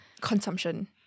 consumption